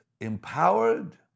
empowered